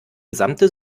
gesamte